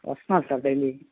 వస్తున్నారు sir daily